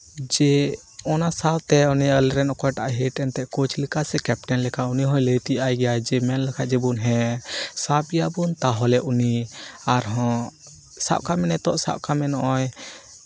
ᱡᱮ ᱚᱱᱟ ᱥᱟᱶᱛᱮ ᱡᱮ ᱚᱱᱮ ᱟᱞᱮ ᱨᱮᱱ ᱚᱠᱭᱴᱟᱜ ᱦᱮᱹᱰ ᱠᱳᱪ ᱞᱮᱠᱟ ᱥᱮ ᱠᱮᱯᱴᱮᱹᱱ ᱞᱮᱠᱟ ᱩᱱᱤ ᱦᱚᱸᱭ ᱞᱟᱹᱭ ᱛᱤᱭᱳᱜᱟᱭ ᱜᱮᱭᱟᱭ ᱡᱮ ᱢᱮᱱ ᱞᱮᱠᱷᱟᱱ ᱡᱮᱢᱚᱱ ᱦᱮᱸ ᱥᱟᱵ ᱜᱮᱭᱟᱵᱚᱱ ᱛᱟᱦᱞᱮ ᱩᱱᱤ ᱟᱨᱦᱚᱸ ᱥᱟᱵ ᱠᱟᱜ ᱢᱮ ᱱᱤᱛᱚᱜ ᱥᱟᱵ ᱠᱟᱜ ᱢᱮ ᱱᱚᱜᱼᱚᱭ